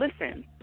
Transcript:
listen